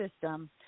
system